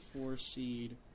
four-seed